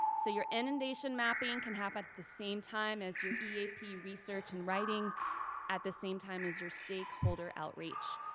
so your inundation mapping can happen at the same time as your eap research and writing at the same time as your stakeholder outreach.